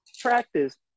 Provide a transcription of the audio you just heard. practice